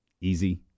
easy